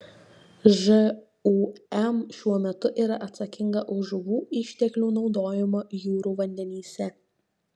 žūm šiuo metu yra atsakinga už žuvų išteklių naudojimą jūrų vandenyse